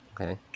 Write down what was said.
Okay